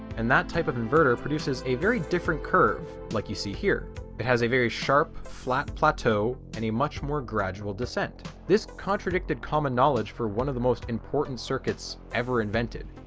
and that type of inverter produces a very different curve like you see here. it has a very sharp flat plateau and a much more gradual descent. this contradicted common knowledge for one of the most important circuits ever invented.